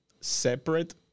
separate